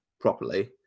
properly